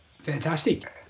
Fantastic